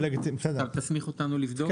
אתה תסמיך אותנו לבדוק את זה?